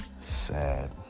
Sad